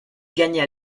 gagna